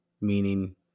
Meaning